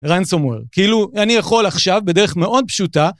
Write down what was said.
רנסומוויר. כאילו, אני יכול עכשיו בדרך מאוד פשוטה...